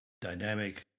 dynamic